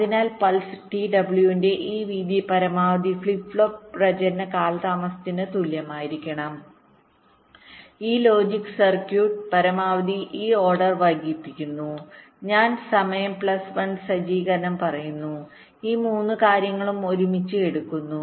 അതിനാൽ pulse t w ന്റെ ഈ വീതി പരമാവധി ഫ്ലിപ്പ് ഫ്ലോപ്പ് പ്രചരണ കാലതാമസത്തിന് തുല്യമായിരിക്കണം ഈ ലോജിക് സർക്യൂട്ട്പരമാവധി ഈ ഓർഡർ വൈകിപ്പിക്കുന്നു ഞാൻ സമയം പ്ലസ് സജ്ജീകരണം പറയുന്നു ഈ 3 കാര്യങ്ങളും ഒരുമിച്ച് എടുക്കുന്നു